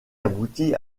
aboutit